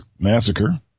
massacre